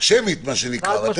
שמית מה שנקרא.